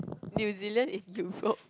New-Zealand in Europe